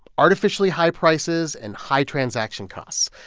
artificially high prices and high transaction costs?